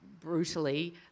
brutally